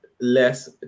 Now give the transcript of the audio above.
less